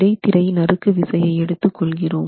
இடைத்திரை நறுக்கு விசையை எடுத்துக் கொள்கிறோம்